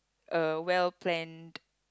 uh well planned